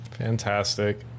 Fantastic